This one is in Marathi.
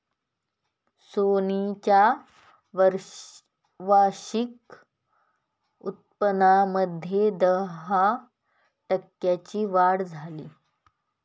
सोनी च्या वार्षिक उत्पन्नामध्ये दहा टक्क्यांची वाढ झाली